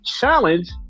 challenge